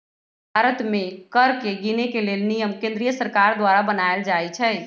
भारत में कर के गिनेके लेल नियम केंद्रीय सरकार द्वारा बनाएल जाइ छइ